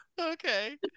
Okay